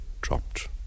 dropped